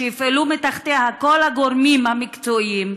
שיפעלו מתחתיה כל הגורמים המקצועיים,